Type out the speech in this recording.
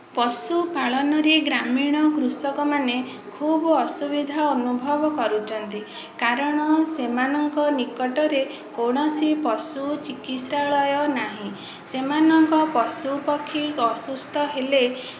ପଶୁପାଳନରେ ଗ୍ରାମୀଣ କୃଷକମାନେ ଖୁବ ଅସୁବିଧା ଅନୁଭବ କରୁଛନ୍ତି କାରଣ ସେମାନଙ୍କ ନିକଟରେ କୌଣସି ପଶୁ ଚିକିତ୍ସାଳୟ ନାହିଁ ସେମାନଙ୍କ ପଶୁ ପକ୍ଷୀ ଅସୁସ୍ଥ ହେଲେ